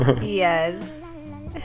Yes